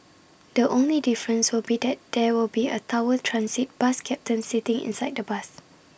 the only difference will be that there will be A tower transit bus captain sitting inside the bus